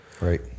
Right